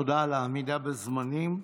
תודה על העמידה בזמנים.